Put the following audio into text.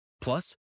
Plus